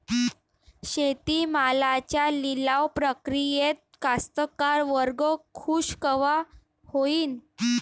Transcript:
शेती मालाच्या लिलाव प्रक्रियेत कास्तकार वर्ग खूष कवा होईन?